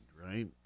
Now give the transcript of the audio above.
Right